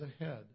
ahead